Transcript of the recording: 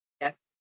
Yes